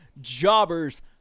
Jobbers